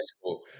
school